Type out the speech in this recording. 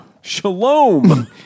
Shalom